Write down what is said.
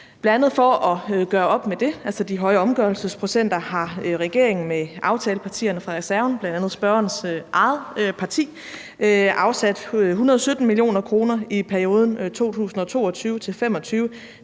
Bl.a. for at gøre op med det, altså de høje omgørelsesprocenter, har regeringen med aftalepartierne, bl.a. spørgerens eget parti, afsat 117 mio. kr. fra reserven i